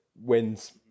wins